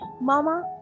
Mama